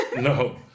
no